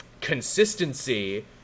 consistency